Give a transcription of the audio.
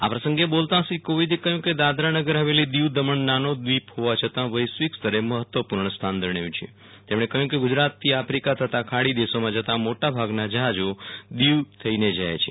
આ પ્રસંગે બોલતા શ્રી કોવિંદે કહ્યું કેદોદરાનગર ફવેલી દ્દીવદમણે નાનો દ્વીપ હોવા છતાં વૈશ્વિક સ્તરે મહત્વપૂર્ણ સ્થાનમેળવ્યું છે તેમણે કહ્યું કે ગુજરાતથી આફીકા તથા ખાડી દેશોમાં જતા મોટા ભાગના જ્યાજો દીવ થઇ જાય છે